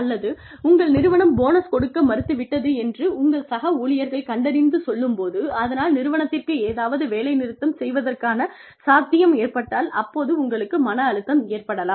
அல்லது உங்கள் நிறுவனம் போனஸ் கொடுக்க மறுத்து விட்டது என்று உங்கள் சக ஊழியர்கள் கண்டறிந்து சொல்லும் போது அதனால் நிறுவனத்திற்கு எதிராக வேலைநிறுத்தம் செய்வதற்கான சாத்தியம் ஏற்பட்டால் அப்போது உங்களுக்கு மன அழுத்தம் ஏற்படலாம்